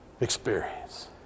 experience